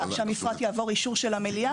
המפרט יעבור אישור של המליאה.